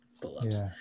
pull-ups